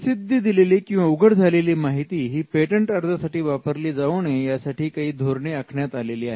प्रसिद्धी दिलेली किंवा उघड झालेली माहिती ही पेटंट अर्जासाठी वापरली जाऊ नये यासाठी काही धोरणे आखण्यात आलेली आहेत